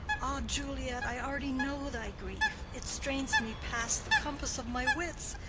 ah, juliet, i already know thy grief it strains me past the compass of my wits.